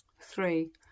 Three